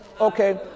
okay